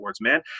man